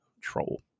Troll